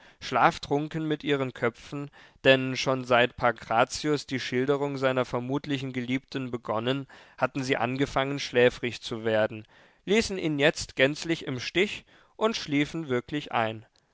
schlaftrunken mit ihren köpfen denn schon seit pankrazius die schilderung seiner vermutlichen geliebten begonnen hatten sie angefangen schläfrig zu werden ließen ihn jetzt gänzlich im stich und schliefen wirklich ein